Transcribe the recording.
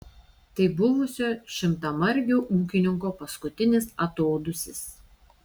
tai buvusio šimtamargio ūkininko paskutinis atodūsis